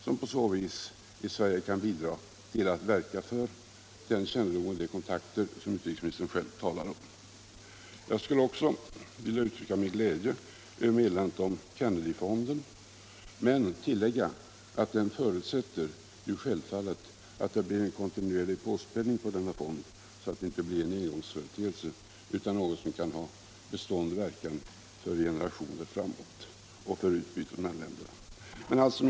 som på så vis i Sverige kan bidra med den kännedom och de kontakter som utrikesministern själv talar om. Jag skulle också vilja uttrycka min glädje över meddelandet om Kennedyfonden men tillägga att det självfallet måste bli en kontinuerlig påspädning av denna fond, så att den inte blir en engångsföreteelse utan något som kan ha verkan för generationer framåt och för utbyte mellan länderna.